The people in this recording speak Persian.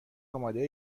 آماده